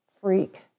freak